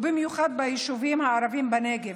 ובמיוחד ביישובים הערביים בנגב.